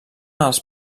els